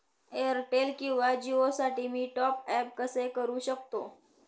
Airtel किंवा जिओसाठी मी टॉप ॲप कसे करु शकतो?